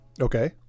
Okay